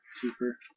cheaper